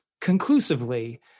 conclusively